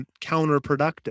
counterproductive